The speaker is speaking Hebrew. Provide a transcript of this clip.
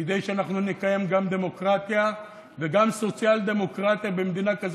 כדי שאנחנו נקיים גם דמוקרטיה וגם סוציאל-דמוקרטיה במדינה כזאת,